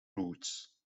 roots